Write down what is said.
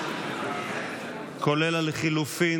כולל חלופות